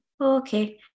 Okay